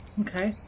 Okay